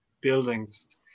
buildings